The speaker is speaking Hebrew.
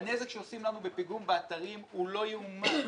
-- הנזק שעושים לנו בפיגום באתרים הוא לא יאומן.